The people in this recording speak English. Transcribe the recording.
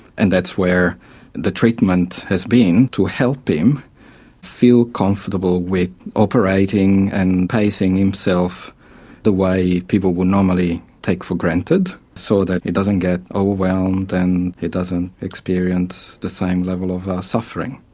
and that's where the treatment has been, to help him feel comfortable with operating and pacing himself the way people would normally take for granted so that he doesn't get overwhelmed and he doesn't experience the same level of suffering.